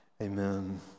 Amen